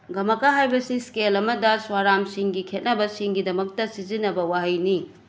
ꯒꯃꯥꯀꯥ ꯍꯥꯏꯕꯁꯤ ꯏꯁꯀꯦꯜ ꯑꯃꯗ ꯁ꯭ꯋꯥꯔꯥꯝꯁꯤꯡꯒꯤ ꯈꯦꯠꯅꯕꯁꯤꯡꯒꯤꯗꯃꯛꯇ ꯁꯤꯖꯤꯟꯅꯕ ꯋꯥꯍꯩꯅꯤ